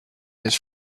his